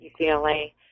UCLA